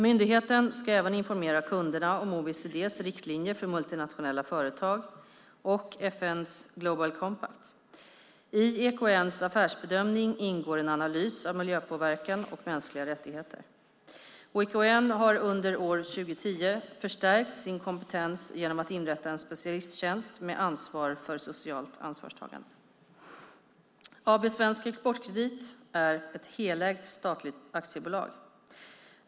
Myndigheten ska även informera kunderna om OECD:s riktlinjer för multinationella företag och FN:s Global Compact. I EKN:s affärsbedömning ingår en analys av miljöpåverkan och mänskliga rättigheter. EKN har under år 2010 förstärkt sin kompetens genom att inrätta en specialisttjänst med ansvar för socialt ansvarstagande. AB Svensk Exportkredit är ett helägt statligt aktiebolag.